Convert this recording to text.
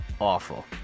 awful